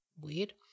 weird